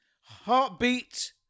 Heartbeat